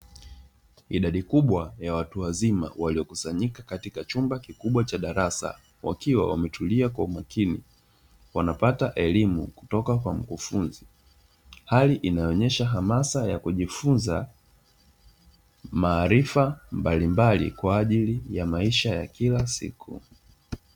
Idadi kubwa ya watu wazima waliokusanyika katika chumba kikubwa cha darasa wakiwa wametulia kwa umakini wanapata elimu kutoka kwa mkufunzi, hali inayoonyesha hamasa ya kujifunza maarifa mbalimbali kwa ajili ya maisha ya kila siku.